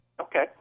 Okay